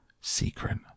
secret